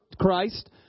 Christ